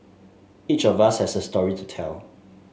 each of us has a story to tell